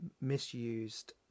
misused